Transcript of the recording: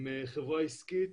עם חברה עסקית,